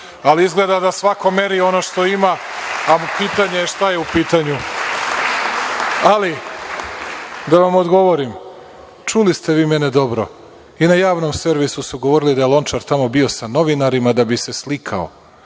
Ali, izgleda da svako meri ono što ima, a pitanje je šta je u pitanju. Da vam odgovorim, čuli ste vi mene dobro. I na javnom servisu su govorili da je Lončar tamo bio sa novinarima da bi se slikao,